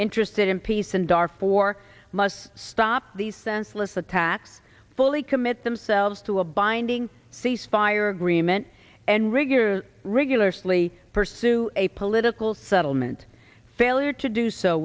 interested in peace in darfur must stop these senseless attacks fully commit themselves to a binding ceasefire agreement and regular regular slee pursue a political settlement failure to do so